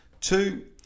Two